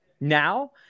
Now